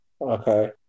Okay